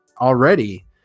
already